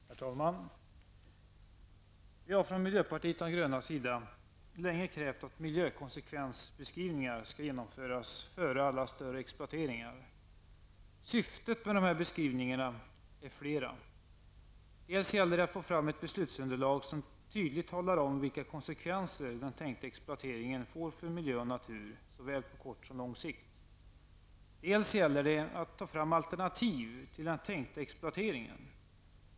Herr talman! Vi har från miljöpartiet de grönas sida länge krävt att miljökonsekvensbeskrivningar skall genomföras före alla större exploateringar. Syftet med dessa beskrivningar är flerfaldigt: -- dels gäller det att få fram ett beslutsunderlag som tydligt talar om vilka konsekvenser den tänkta exploateringen får för miljö och natur, på såväl kort som lång sikt, -- dels gäller det att ta fram alternativ till den tänkta exploateringen.